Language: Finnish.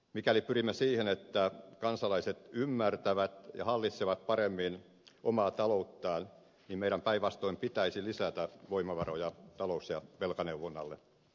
mikäli pyrimme siihen että kansalaiset ymmärtävät ja hallitsevat paremmin omaa talouttaan meidän päinvastoin pitäisi lisätä voimavaroja talous ja velkaneuvonnalle